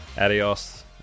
Adios